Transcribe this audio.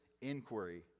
inquiry